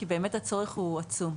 כי באמת הצורך הוא עצום.